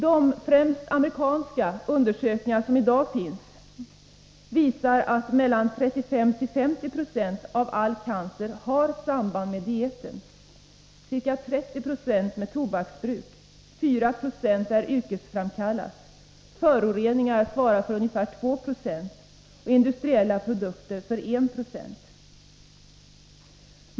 De — främst amerikanska — undersökningar som finns i dag visar att mellan 35 och 50 96 av all cancer har samband med dieten och ca 30 20 med tobaksbruk. Vidare är 4 96 yrkesframkallat, föroreningar svarar för ungefär 2 20 och industriella produkter för 1 90.